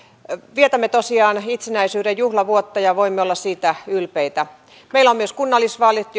vietämme tosiaan itsenäisyyden juhlavuotta ja voimme olla siitä ylpeitä meillä on nyt myös kunnallisvaalit